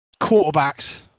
quarterbacks